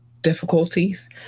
difficulties